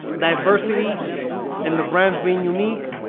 diversity and the brands being unique.